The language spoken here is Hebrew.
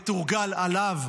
מתורגל עליו.